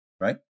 right